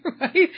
Right